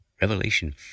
Revelation